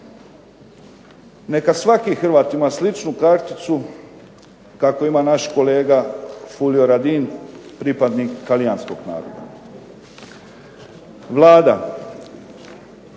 Neka svaki Hrvat ima sličnu karticu kako ima naš kolega Furio Radin pripadnik talijanskog naroda. Vlada